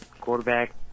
quarterback